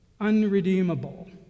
unredeemable